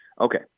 Okay